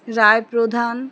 রায় প্রধান